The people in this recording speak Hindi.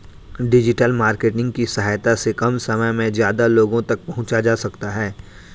डिजिटल मार्केटिंग की सहायता से कम समय में ज्यादा लोगो तक पंहुचा जा सकता है